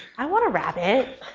i want a rabbit.